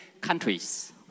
countries